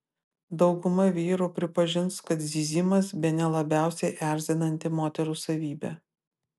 dauguma vyrų pripažins kad zyzimas bene labiausiai erzinanti moterų savybė